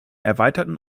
erweiterten